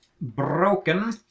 broken